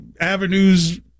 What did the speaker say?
avenues